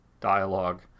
dialogue